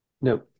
No